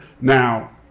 Now